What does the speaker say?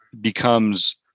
becomes